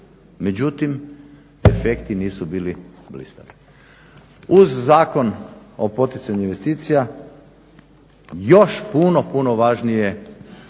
Međutim, efekti nisu bili blistavi. Uz Zakon o poticanju investicija još puno, puno važnije